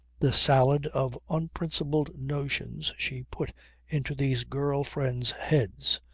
the salad of unprincipled notions she put into these girl-friends' heads!